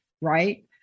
right